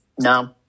no